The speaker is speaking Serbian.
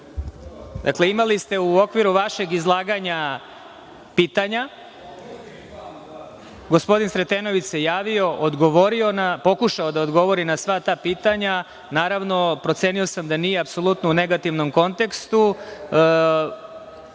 vam. Dakle, imali ste u okviru vašeg izlaganja pitanja. Gospodin Sretenović se javio. Odgovorio, pokušao da odgovori na sva ta pitanja. Naravno, procenio sam da nije apsolutno u negativnom kontekstu